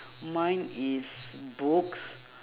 mine is books